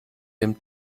dem